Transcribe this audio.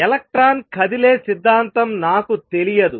electron కదిలే సిద్ధాంతం నాకు తెలియదు